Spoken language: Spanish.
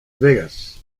vegas